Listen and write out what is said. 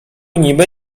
niby